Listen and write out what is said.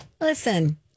Listen